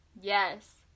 Yes